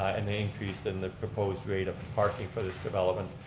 and the increase in the proposed rate of parking for this development.